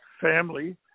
family